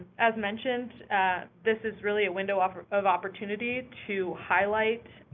as mentioned, this is really a window ah of opportunity to highlight